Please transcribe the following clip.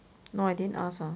no I didn't ask ah